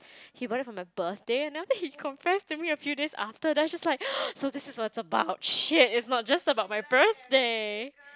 he bought it for my birthday and then after that he confessed to me a few days after then I'm just like so this is what it's about shit it's not just about my birthday